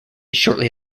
shortly